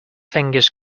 fingers